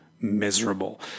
miserable